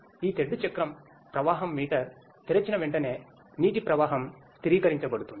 ఈ తెడ్డు చక్రం ప్రవాహం మీటర్ తెరిచిన వెంటనే నీటి ప్రవాహం స్థిరీకరించబడుతుంది